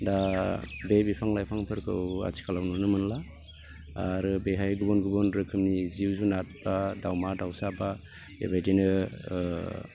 दा बे बिफां लाइफांफोरखौ आथिखालाव नुनो मोनला आरो बेहाय गुबुन गुबुन रोखोमनि जिब जुनाद बा दाउमा दाउसा बा बेबायदिनो ओ